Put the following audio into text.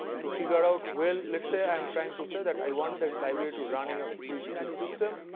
to figure out well, let us say i am trying to say that i want this library to run in a cpu gpu system,